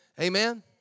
Amen